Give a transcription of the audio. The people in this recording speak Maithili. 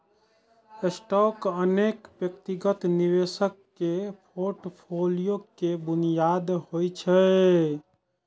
स्टॉक अनेक व्यक्तिगत निवेशक के फोर्टफोलियो के बुनियाद होइ छै